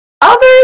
Others